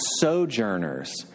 sojourners